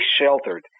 sheltered